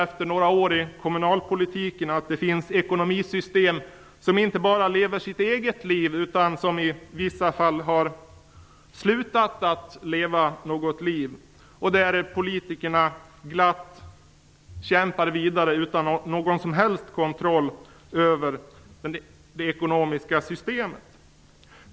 Efter några år i kommunalpolitiken kan jag konstatera att det finns ekonomisystem som inte bara lever sitt eget liv utan som i vissa fall har slutat att leva något liv. Där kämpar politikerna glatt vidare utan någon som helst kontroll över det ekonomiska systemet.